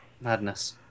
madness